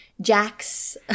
Jack's